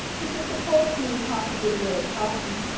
which was supposed to mean hearty good-will at parting.